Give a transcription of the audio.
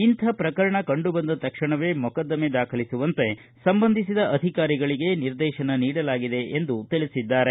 ಇಂತಹ ಪ್ರಕರಣ ಕಂಡುಬಂದ ತಕ್ಷಣವೇ ಮೊಕದ್ದಮೆ ದಾಖಲಿಸುವಂತೆ ಸಂಬಂಧಿಸಿದ ಅಧಿಕಾರಿಗಳಿಗೆ ನಿರ್ದೇತನ ನೀಡಲಾಗಿದೆ ಎಂದು ತಿಳಿಸಿದ್ದಾರೆ